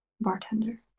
bartender